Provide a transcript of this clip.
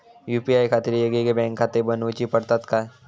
UPI खातीर येगयेगळे बँकखाते बनऊची पडतात काय?